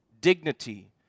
dignity